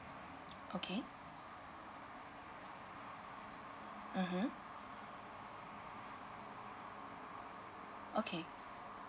okay (uh huh) okay